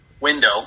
window